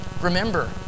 remember